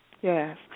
Yes